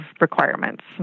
requirements